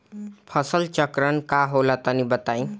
फसल चक्रण का होला तनि बताई?